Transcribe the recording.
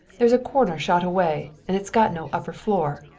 there's a corner shot away and it's got no upper floor.